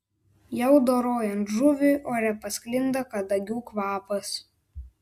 jau dorojant žuvį ore pasklinda kadagių kvapas